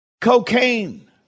Cocaine